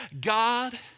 God